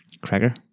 Cracker